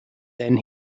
then